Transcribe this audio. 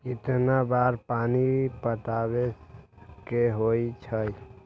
कितना बार पानी पटावे के होई छाई?